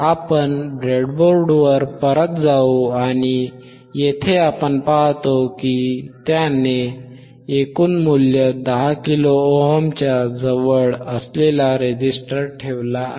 आपण ब्रेडबोर्डवर परत जाऊ या आणि येथे आपण पाहतो की त्याने सीताराम एकूण मूल्य 10 किलो ओमच्या जवळ असलेला रेझिस्टर ठेवलेला आहे